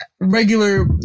regular